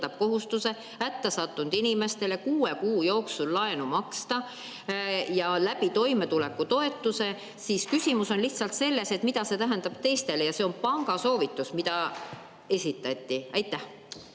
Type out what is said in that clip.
kohustuse hätta sattunud inimestel kuue kuu jooksul laenu maksta toimetulekutoetuse kaudu, siis küsimus on lihtsalt selles, mida see tähendab teistele. Ja see on panga soovitus, mis esitati. Suur